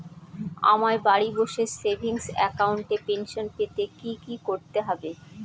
আমায় বাড়ি বসে সেভিংস অ্যাকাউন্টে পেনশন পেতে কি কি করতে হবে?